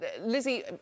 lizzie